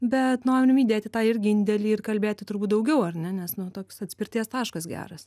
be norim įdėti tą irgi indėlį ir kalbėti turbūt daugiau ar ne nes nu toks atspirties taškas geras